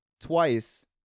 twice